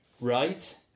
right